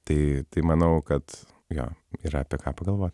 tai tai manau kad jo yra apie ką pagalvot